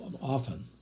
often